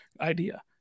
idea